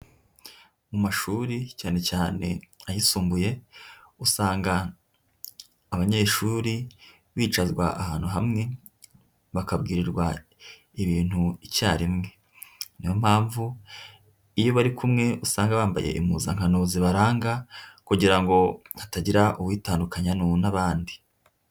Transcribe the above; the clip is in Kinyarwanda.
Mu mashuri cyane cyane ayisumbuye usanga abanyeshuri bicazwa ahantu hamwe bakabwirirwa ibintu icyarimwe. Ni yo mpamvu iyo bari kumwe usanga bambaye impuzankano zibaranga kugira ngo hatagira uwitandukanya n'abandi.